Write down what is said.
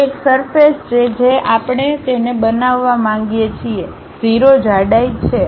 તે એક સરફેસ છે જે આપણે તેને બનાવવા માંગીએ છીએ 0 જાડાઈ છે